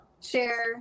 share